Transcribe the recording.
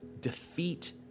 Defeat